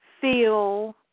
feel